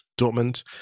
Dortmund